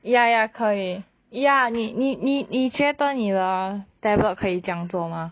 ya ya 可以 ya 你你你你觉得你的 tablet 可以这样做吗